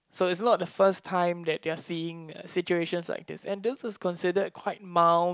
so it's not the first time that they are seeing uh situations like this and this is considered quite mild